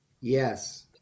Yes